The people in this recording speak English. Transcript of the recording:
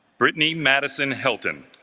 brittany madison hilton